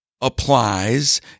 applies